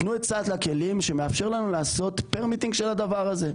תנו את סל הכלים שמאפשר לנו לעשות Permitting של הדבר הזה.